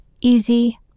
easy